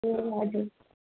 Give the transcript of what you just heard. ए हजुर